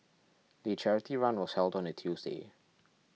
the charity run was held on a Tuesday